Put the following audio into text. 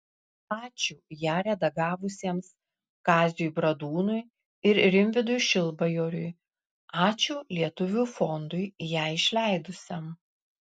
ačiū ją redagavusiems kaziui bradūnui ir rimvydui šilbajoriui ačiū lietuvių fondui ją išleidusiam